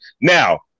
Now